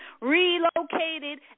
relocated